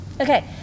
Okay